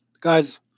guy's